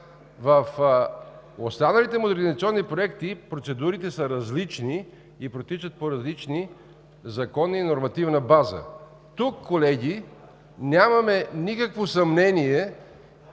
В останалите модернизационни проекти процедурите са различни и протичат по различни закони и нормативна база. Тук, колеги, нямаме никакво съмнение